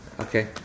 Okay